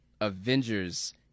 Avengers